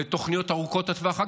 בתוכניות ארוכות הטווח.